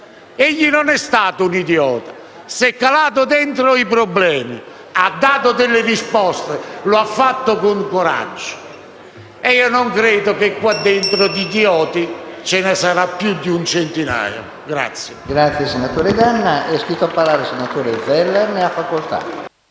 egli non è stato un idiota: si è calato dentro i problemi, ha dato delle risposte, lo ha fatto con coraggio e non credo che qua dentro di idioti ce ne siano più di un centinaio.